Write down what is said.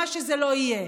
מה שזה לא יהיה.